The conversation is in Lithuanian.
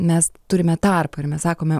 mes turime tarpą ir mes sakome